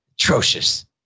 Atrocious